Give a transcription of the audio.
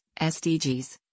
SDGs